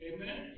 Amen